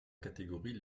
catégories